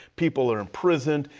people are imprisoned.